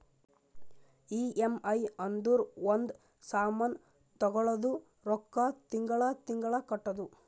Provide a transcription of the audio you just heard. EMI ಅಂದುರ್ ಒಂದ್ ಸಾಮಾನ್ ತಗೊಳದು ರೊಕ್ಕಾ ತಿಂಗಳಾ ತಿಂಗಳಾ ಕಟ್ಟದು